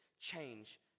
change